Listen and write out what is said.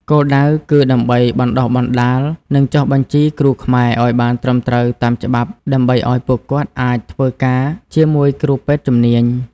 គោលដៅគឺដើម្បីបណ្តុះបណ្តាល និងចុះបញ្ជីគ្រូខ្មែរឱ្យបានត្រឹមត្រូវតាមច្បាប់ ដើម្បីឱ្យពួកគាត់អាចធ្វើការជាមួយគ្រូពេទ្យជំនាញ។